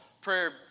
prayer